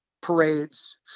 parades